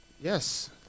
Yes